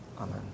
Amen